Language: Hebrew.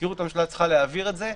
מזכירות הממשלה צריכה להעביר את זה.